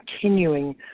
continuing